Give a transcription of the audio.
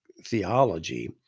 theology